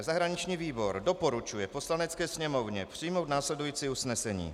Zahraniční výbor doporučuje Poslanecké sněmovně přijmout následující usnesení: